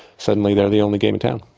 suddenly they're the only game in town.